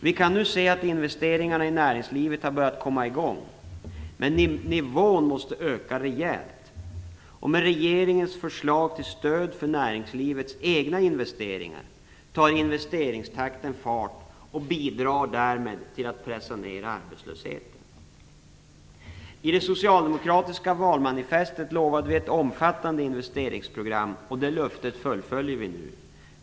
Vi kan nu se att investeringarna i näringslivet har börjat komma i gång, men nivån måste öka rejält. Med regeringens förslag till stöd för näringslivets egna investeringar tar investeringstakten fart och bidrar därmed till att pressa ner arbetslösheten. I det socialdemokratiska valmanifestet lovade vi ett omfattande investeringsprogram, och det löftet fullföljer vi nu.